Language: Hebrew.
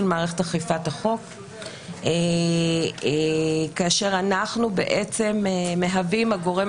מערכת אכיפת החוק כאשר אנחנו בעצם מהווים הגורם